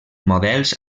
models